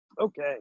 Okay